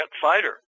fighter